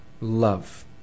love